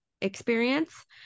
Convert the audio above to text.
experience